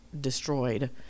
destroyed